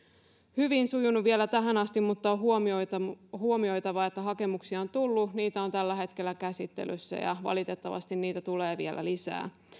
hyvin sujunut vielä tähän asti mutta on huomioitava huomioitava että hakemuksia on tullut niitä on tällä hetkellä käsittelyssä ja valitettavasti niitä tulee vielä lisää